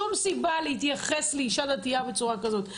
שום סיבה להתייחס לאישה דתייה בצורה כזאת.